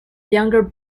younger